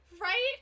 Right